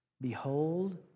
Behold